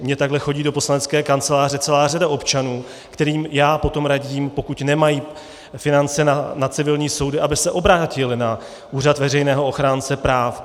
Mně takhle chodí do poslanecké kanceláře celá řada občanů, kterým já potom radím, pokud nemají finance na civilní soudy, aby se obrátili na úřad veřejného ochránce práv.